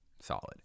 solid